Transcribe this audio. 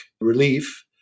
relief